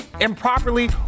improperly